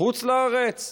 בחוץ לארץ?